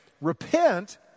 Repent